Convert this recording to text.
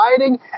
riding